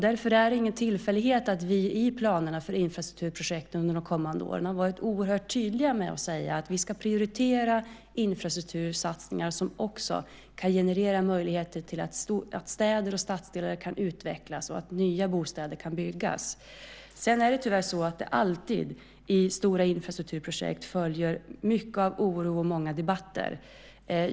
Därför är det ingen tillfällighet att vi i planerna för infrastrukturprojekten under de kommande åren har varit oerhört tydliga med att säga att vi ska prioritera infrastruktursatsningar som också kan generera möjligheter till att städer och stadsdelar kan utvecklas och att nya bostäder kan byggas. Sedan följer det tyvärr alltid i stora infrastrukturprojekt mycket av oro och många debatter.